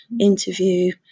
interview